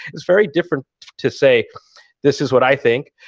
it's very different to say this is what i think,